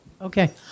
Okay